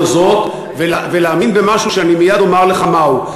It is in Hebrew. הזו ולהאמין במשהו שאני מייד אומר לך מהו,